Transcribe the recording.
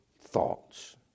thoughts